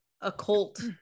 occult